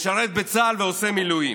משרת בצה"ל ועושה מילואים,